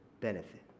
benefit